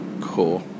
Cool